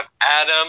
Adam